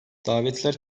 davetler